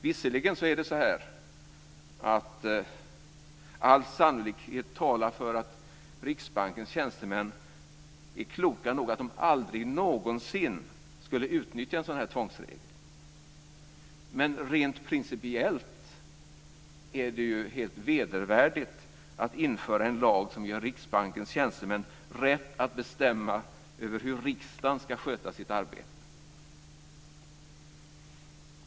Visserligen talar all sannolikhet för att Riksbankens tjänstemän är kloka nog att aldrig någonsin utnyttja en sådan här tvångsregel. Men rent principiellt är det helt vedervärdigt att införa en lag som ger Riksbankens tjänstemän rätt att bestämma över hur riksdagen ska sköta sitt arbete.